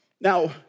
Now